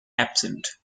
absent